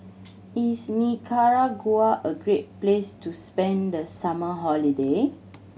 is Nicaragua a great place to spend the summer holiday